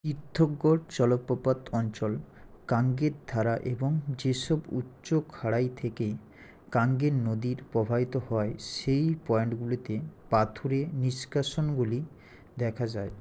তীর্থগড় জলপ্রপাত অঞ্চল কাঙ্গের ধারা এবং যেসব উচ্চ খাড়াই থেকে কাঙ্গের নদীর প্রবাহিত হয় সেই পয়েন্টগুলিতে পাথুরে নিষ্কাশনগুলি দেখা যায়